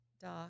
doc